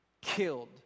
killed